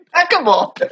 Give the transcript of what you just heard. impeccable